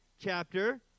chapter